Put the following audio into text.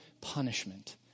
punishment